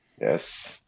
yes